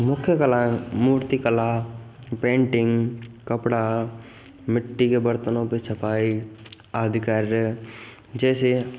मुख्य कला मूर्ति कला पेंटिंग कपड़ा मिट्टी के बर्तनों पर छपाई आदि कार्य जैसे